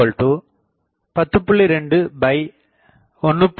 2 1